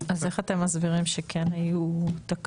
אז איך אתם מסבירים את זה שכן היו תקלות?